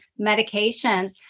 medications